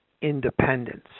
independence